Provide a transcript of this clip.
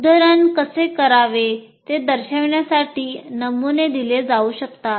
उद्धरण कसे द्यावे ते दर्शविण्यासाठी नमुने दिले जाऊ शकतात